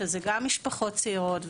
שזה גם משפחות צעירות,